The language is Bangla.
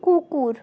কুকুর